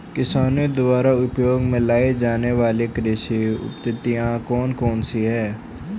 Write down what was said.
किसानों द्वारा उपयोग में लाई जाने वाली कृषि पद्धतियाँ कौन कौन सी हैं?